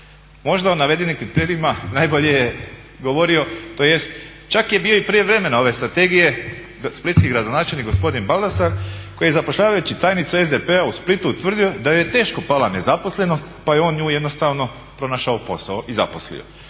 Možda u navedenim kriterijima najbolje je govorio tj. čak je bio i prijevremeno ove strategije splitski gradonačelnik gospodin Baldasar koji je zapošljavajući tajnicu SDP-a u Splitu utvrdio da joj je teško pala nezaposlenost pa je on njoj jednostavno pronašao posao i zaposlio.